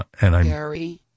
Gary